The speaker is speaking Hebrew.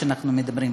אנחנו אומרים,